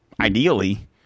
ideally